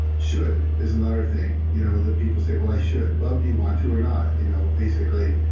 should is another thing you know that people say, well, i should. well, do you want to or not you know basically.